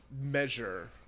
measure